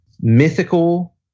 mythical